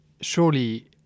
surely